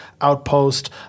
outpost